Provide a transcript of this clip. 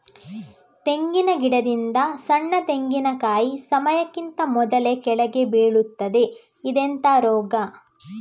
ತೆಂಗಿನ ಗಿಡದಿಂದ ಸಣ್ಣ ತೆಂಗಿನಕಾಯಿ ಸಮಯಕ್ಕಿಂತ ಮೊದಲೇ ಕೆಳಗೆ ಬೀಳುತ್ತದೆ ಇದೆಂತ ರೋಗ?